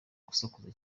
gusakuza